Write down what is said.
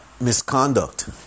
misconduct